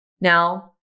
Now